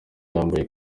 yambaye